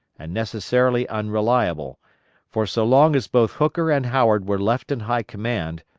and necessarily unreliable for so long as both hooker and howard were left in high command,